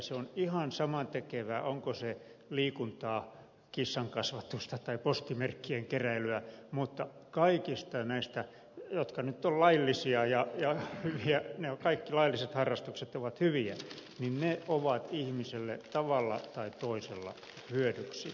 se on ihan samantekevää onko se liikuntaa kissan kasvatusta tai postimerkkien keräilyä mutta kaikista näistä jotka nyt on laillisia ja jauho ja kaikki lailliset harrastukset ovat hyviä ja ovat ihmiselle tavalla tai toisella hyödyksi